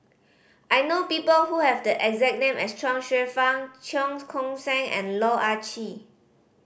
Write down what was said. I know people who have the exact name as Chuang Hsueh Fang Cheong Koon Seng and Loh Ah Chee